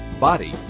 body